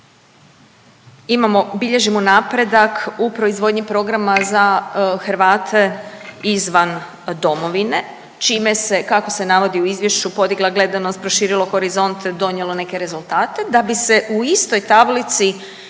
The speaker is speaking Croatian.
imamo, bilježimo napredak u proizvodnji programa za Hrvate izvan domovine čime se, kako se navodi u izvješću podigla gledanost, proširilo horizont, donijelo neke rezultate da bi se u istoj tablici